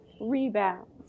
rebounds